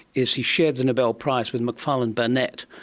is he shared the nobel prize with mcfarlane burnet,